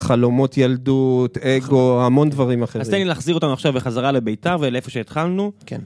חלומות ילדות, אגו, המון דברים אחרים. אז תן לי להחזיר אותה עכשיו בחזרה לביתה, ולאיפה שהתחלנו. כן.